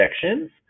sections